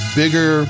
bigger